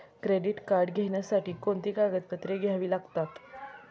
Credit card घेण्यासाठी कोणती कागदपत्रे घ्यावी लागतात?